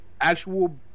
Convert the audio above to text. actual